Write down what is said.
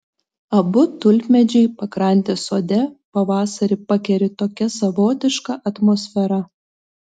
abu tulpmedžiai pakrantės sode pavasarį pakeri tokia savotiška atmosfera